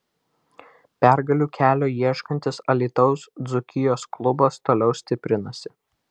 pergalių kelio ieškantis alytaus dzūkijos klubas toliau stiprinasi